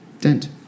Dent